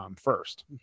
first